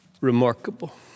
Remarkable